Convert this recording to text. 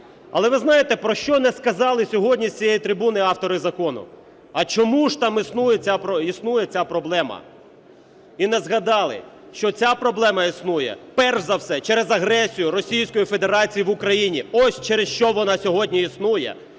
Але ви знаєте, про що не сказали сьогодні з цієї трибуни автори закону: а чому ж там існує ця проблема. І не згадали, що ця проблема існує перш за все через агресію Росій ської Федерації в Україні. Ось через що вона сьогодні існує.